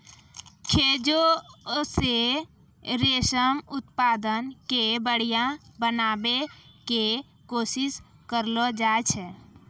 खोजो से रेशम उत्पादन के बढ़िया बनाबै के कोशिश करलो जाय छै